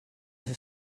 have